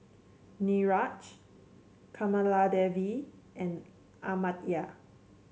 Niraj Kamaladevi and Amartya